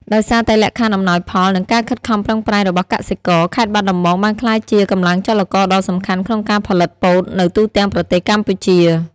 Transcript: ដោយសារតែលក្ខខណ្ឌអំណោយផល និងការខិតខំប្រឹងប្រែងរបស់កសិករ ខេត្តបាត់ដំបងបានក្លាយជាកម្លាំងចលករដ៏សំខាន់ក្នុងការផលិតពោតនៅទូទាំងប្រទេសកម្ពុជា។